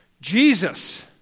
Jesus